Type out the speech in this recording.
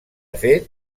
fet